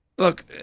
Look